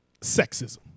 Sexism